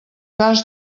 cas